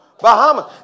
Bahamas